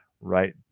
right